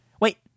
Wait